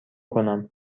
کنم